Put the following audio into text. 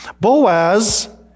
Boaz